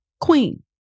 queen